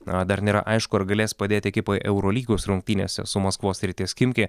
na dar nėra aišku ar galės padėt ekipai eurolygos rungtynėse su maskvos srities chimki